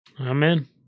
Amen